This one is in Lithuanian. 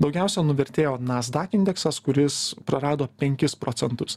daugiausia nuvertėjo nasdaq indeksas kuris prarado penkis procentus